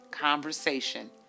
conversation